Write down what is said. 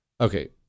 Okay